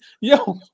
yo